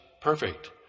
Perfect